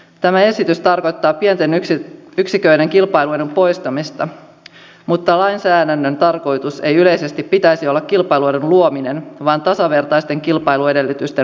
tämä esitys tarkoittaa pienten yksiköiden kilpailuedun poistamista mutta lainsäädännön tarkoituksena ei yleisesti pitäisi olla kilpailuedun luominen vaan tasavertaisten kilpailuedellytysten mahdollistaminen